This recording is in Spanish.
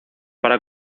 para